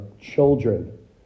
children